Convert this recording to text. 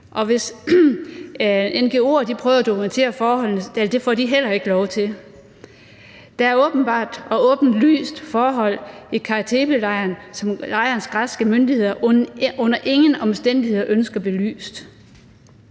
hvis ngo'er prøver at dokumentere forholdene, får de heller ikke lov til det. Der er åbenbart og åbenlyst forhold i Kara Tepe-lejren, som lejrens græske myndigheder under ingen omstændigheder ønsker belyst.